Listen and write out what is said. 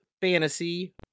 Fantasy